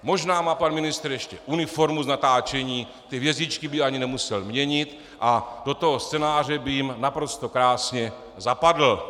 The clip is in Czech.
Možná má pan ministr ještě uniformu z natáčení, ty hvězdičky by ani nemusel měnit a do toho scénáře by jim naprosto krásně zapadl.